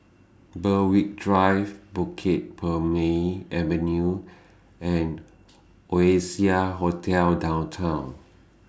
Berwick Drive Bukit Purmei Avenue and Oasia Hotel Downtown